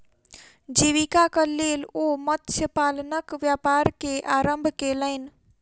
जीवीकाक लेल ओ मत्स्य पालनक व्यापार के आरम्भ केलैन